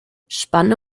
spanne